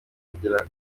kugirwa